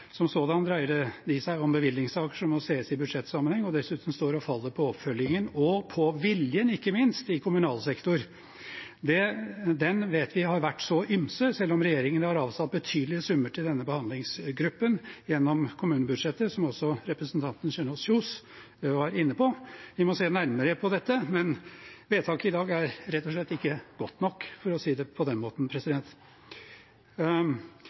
dreier seg om forhold i kommunene. De dreier seg om bevilgningssaker som må sees i budsjettsammenheng, og dessuten står og faller det med oppfølgingen og viljen ikke minst i kommunal sektor. Den vet vi har vært så ymse, selv om regjeringen har avsatt betydelige summer til denne behandlingsgruppen gjennom kommunebudsjettet, noe også representanten Kjønaas Kjos var inne på. Vi må se nærmere på dette, men vedtaket i dag er rett og slett ikke godt nok, for å si det på den måten.